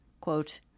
quote